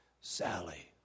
Sally